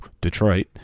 Detroit